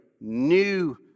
new